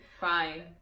Fine